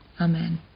Amen